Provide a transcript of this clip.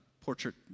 portrait